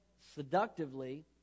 seductively